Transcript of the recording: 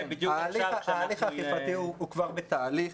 ההליך האכיפתי הוא כבר בתהליך.